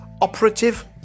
operative